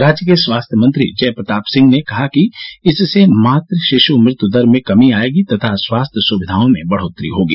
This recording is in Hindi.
राज्य के स्वास्थ्य मंत्री जय प्रताप सिंह ने कहा कि इससे मातृ शिशु मृत्यु दर में कमी आएगी तथा स्वास्थ्य सुविधाओं में बढोतरी होगी